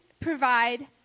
provide